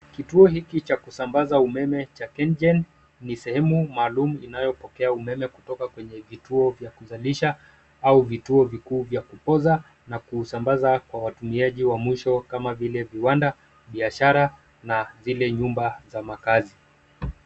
Kituo hiki cha kusambaza umeme cha Kengen ni sehemu maalum inayopokea umeme kutoka kwenye vituo vya kuzalisha au vituo vikuu vya kupoza na kuusambaza kwa watumiaji wa mwisho kama vile viwanda, biashara na zile nyumba za makaazi.